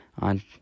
on